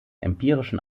empirischen